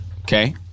Okay